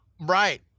Right